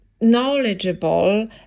knowledgeable